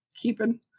keeping